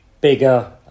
bigger